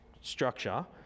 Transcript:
structure